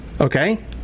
Okay